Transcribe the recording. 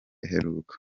iheruka